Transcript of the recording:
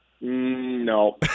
No